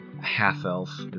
half-elf